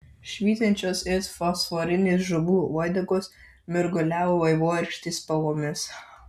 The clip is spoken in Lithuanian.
švytinčios it fosforinės žuvų uodegos mirguliavo vaivorykštės spalvomis